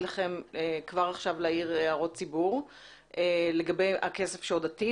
לכם כבר עכשיו להעיר הערות ציבור לגבי הכסף שעוד עתיד,